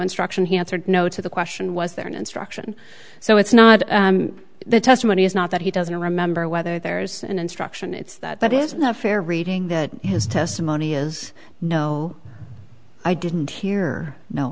instruction he answered no to the question was there an instruction so it's not the testimony is not that he doesn't remember whether there's an instruction it's that is a fair reading that his testimony is no i didn't hear no